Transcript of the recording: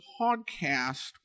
podcast